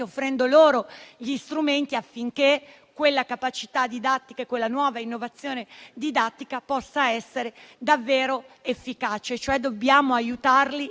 offrendo loro gli strumenti affinché quella capacità didattica e quella nuova innovazione didattica possano essere davvero efficaci. Dobbiamo aiutarli